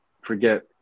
forget